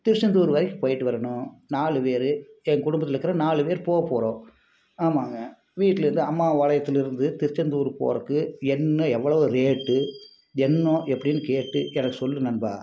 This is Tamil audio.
திருச்செந்தூர் வரைக்கும் போயிட்டு வரணும் நாலு பேர் என் குடும்பத்தில் இருக்கிற நாலு பேர் போக போகிறோம் ஆமாங்க வீட்லேந்து அம்மாபாளையத்துலேருந்து திருச்செந்தூர் போகிறக்கு என்ன எவ்வளவு ரேட்டு என்ன எப்படின்னு கேட்டு எனக்கு சொல்லு நண்பா